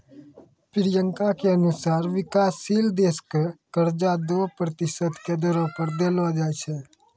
प्रियंका के अनुसार विकाशशील देश क कर्जा दो प्रतिशत के दरो पर देलो जाय छै